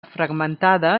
fragmentada